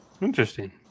Interesting